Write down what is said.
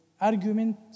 argument